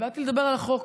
באתי לדבר על החוק,